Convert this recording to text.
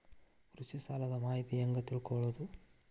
ಕೃಷಿ ಸಾಲದ ಮಾಹಿತಿ ಹೆಂಗ್ ತಿಳ್ಕೊಳ್ಳೋದು?